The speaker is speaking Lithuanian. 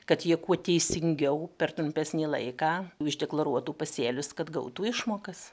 kad jie kuo teisingiau per trumpesnį laiką uždeklaruotų pasėlius kad gautų išmokas